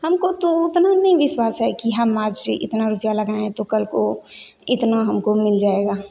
हमको तो इतना ही विश्वास है कि हम आज से इतना रुपया लगाए तो कल को इतना हमको मिल जाएगा